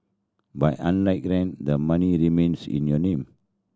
but unlike rent the money remains in your name